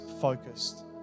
focused